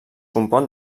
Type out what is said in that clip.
compon